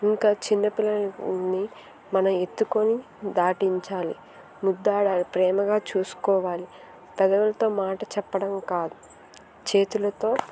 ఇంకా చిన్న పిల్లలని మనం ఎత్తుకొని దాటించాలి ముద్దాడాలి ప్రేమగా చూసుకోవాలి పెదవులతో మాట చెప్పడం కాదు చేతులతో